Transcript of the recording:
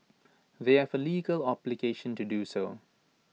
they have A legal obligation to do so